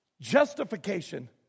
Justification